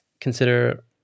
consider